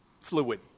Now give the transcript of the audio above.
fluid